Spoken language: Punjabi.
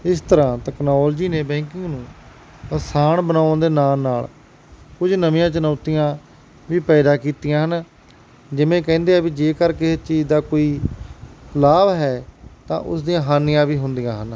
ਇਸ ਤਰ੍ਹਾਂ ਤਕਨਾਲੋਜੀ ਨੇ ਬੈਂਕਿੰਗ ਨੂੰ ਆਸਾਨ ਬਣਾਉਣ ਦੇ ਨਾਲ ਨਾਲ ਕੁਝ ਨਵੀਆਂ ਚੁਣੌਤੀਆਂ ਵੀ ਪੈਦਾ ਕੀਤੀਆਂ ਹਨ ਜਿਵੇਂ ਕਹਿੰਦੇ ਆ ਵੀ ਜੇਕਰ ਕਿਸੇ ਚੀਜ਼ ਦਾ ਕੋਈ ਲਾਭ ਹੈ ਤਾਂ ਉਸ ਦੀਆਂ ਹਾਨੀਆਂ ਵੀ ਹੁੰਦੀਆਂ ਹਨ